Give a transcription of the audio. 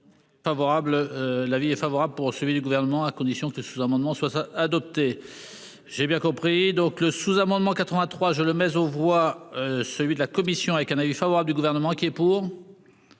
la vie est favorable pour suivi du gouvernement à condition sous-amendement soit adopté. J'ai bien compris donc le sous-amendement 83 je le mais on voit celui de la Commission avec un avis favorable du gouvernement qui est pour.--